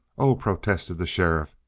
oh, protested the sheriff,